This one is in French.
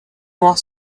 noires